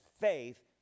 faith